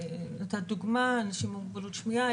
לדוגמה אנשים עם מוגבלות שמיעה,